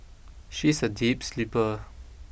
she is a deep sleeper